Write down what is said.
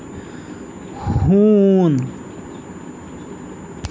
ہوٗن